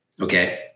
okay